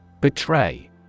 Betray